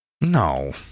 no